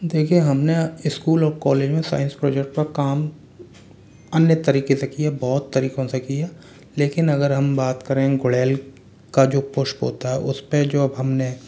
देखिए हमने स्कूल और कॉलेज में साइंस प्रोजेक्ट पर काम अन्य तरीके से किए बहुत तरीकों से किए लेकिन अगर हम बात करें गुड़हल का जो पुष्प होता है उस पर जो अब हमने